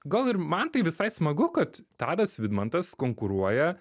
gal ir man tai visai smagu kad tadas vidmantas konkuruoja